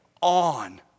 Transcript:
on